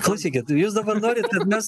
klausykit jūs dabar norit kad mes